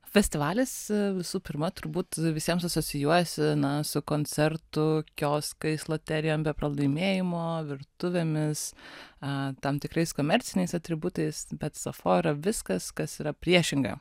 festivalis visų pirmą turbūt visiems asocijuojasi na su koncertų kioskais loterija be pralaimėjimo virtuvėmis tam tikrais komerciniais atributais bet sapfo yra viskas kas yra priešinga